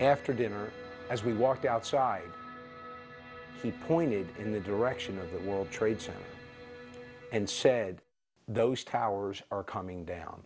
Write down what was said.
after dinner as we walked outside he pointed in the direction of the world trade center and said those towers are coming down